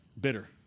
bitter